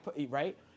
right